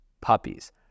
puppies